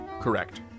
Correct